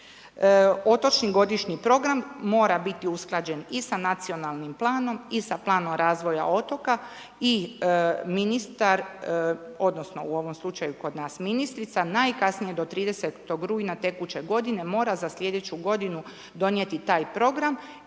Otočni godišnji program mora biti usklađen i sa nacionalnim planom i sa planom razvoja otoka i ministar odnosno u ovom slučaju kod nas ministrica, najkasnije do 30. rujna tekuće godine mora za slijedeću godinu donijeti ta program